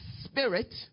spirit